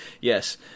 yes